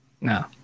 no